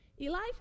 Elijah